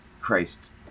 Christ